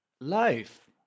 life